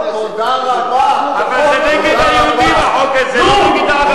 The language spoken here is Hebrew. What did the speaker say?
תודה רבה, תודה רבה, תודה רבה.